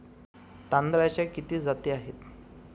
तांदळाच्या किती जाती आहेत?